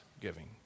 giving